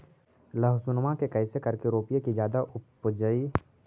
लहसूनमा के कैसे करके रोपीय की जादा उपजई?